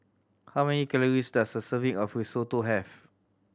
how many calories does a serving of Risotto have